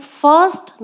first